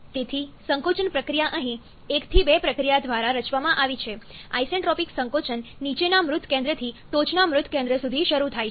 તેથી સંકોચનપ્રક્રિયા અહીં 1 થી 2 પ્રક્રિયા દ્વારા રચવામાં આવી છે આઇસેન્ટ્રોપિક સંકોચન નીચેના મૃત કેન્દ્રથી ટોચના મૃત કેન્દ્ર સુધી શરૂ થાય છે